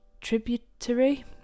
tributary